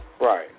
Right